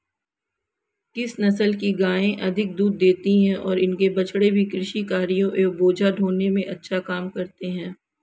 किस नस्ल की गायें अधिक दूध देती हैं और इनके बछड़े भी कृषि कार्यों एवं बोझा ढोने में अच्छा काम करते हैं?